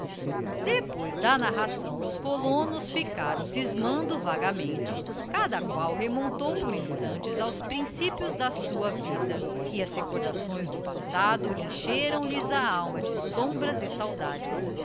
depois da narração os colonos ficaram scismando vagamente cada qual remontou por instantes aos principios da sua vida e as recordações do passado encheram lhes a alma de sombras e saudades